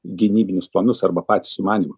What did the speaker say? gynybinius planus arba patį sumanymą